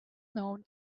known